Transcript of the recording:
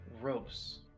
ropes